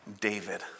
David